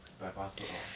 七百八十二